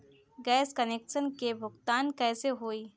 Gas connection के भुगतान कैसे होइ?